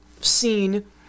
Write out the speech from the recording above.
scene